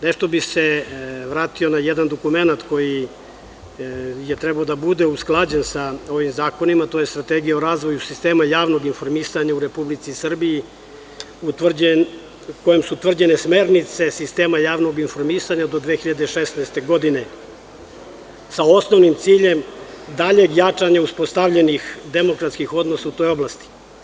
Nešto bih se vratio na jedan dokumenat koji je trebao da bude usklađen sa ovim zakonima, to je Strategija o razvoju sistema javnog informisanja u Republici Srbiji, kojom su utvrđene smernice sistema javnog informisanja do 2016. godine, sa osnovnim ciljem daljeg jačanja uspostavljenih demokratskih odnosa u toj oblasti.